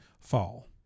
fall